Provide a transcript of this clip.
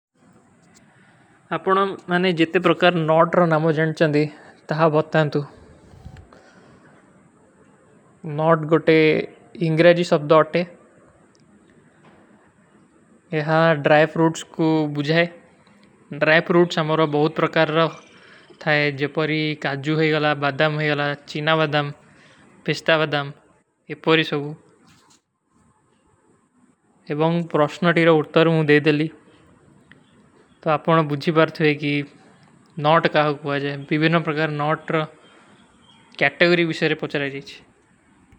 ଅପନୋଂ ମୈଂନେ ଜିତେ ପ୍ରକାର ନୌଟ ରୋ ନାମୋ ଜନ ଚାନ ଦେ, ତହା ବହୁତ ତାନତୁ। ନୌଟ ଗୋଟେ ଇଂଗ୍ରେଜୀ ସବ୍ଦୋ ଅଟେ। ଯହା ଡ୍ରାଇଫ ରୂଟ୍ସ କୋ ବୁଝଏ। ଡ୍ରାଇଫ ରୂଟ୍ସ ଅମରୋ ବହୁତ ପ୍ରକାର ଥାଏ। କାଜୁ, ବାଦାମ, ଚୀନା ବାଦାମ, ପିସ୍ତା ବାଦାମ।